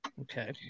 Okay